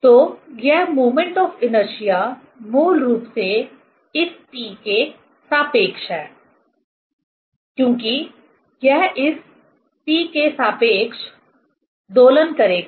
तो यह moment of inertia मूल रूप से इस P के सापेक्ष है क्योंकि यह इस P के सापेक्ष दोलन करेगा